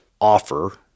offer